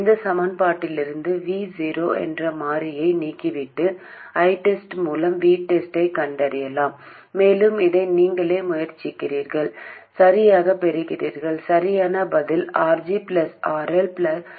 இந்தச் சமன்பாட்டிலிருந்து Vo என்ற மாறியை நீக்கிவிட்டு ITEST மூலம் VTEST ஐக் கண்டறியலாம் மேலும் இதை நீங்களே முயற்சித்தீர்கள் சரியாகப் பெற்றீர்கள் சரியான பதில் RG RL gmRL1